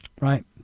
Right